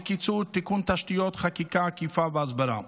בקיצור, תיקון תשתיות, חקיקה, אכיפה והסברה.